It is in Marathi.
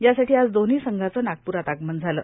यासाठी आज दोन्ही संघाचं नागपूरात आगमन झालं